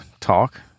talk